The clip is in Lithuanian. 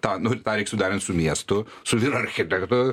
tą nu ir tą reik suderint su miestu su vyr architektu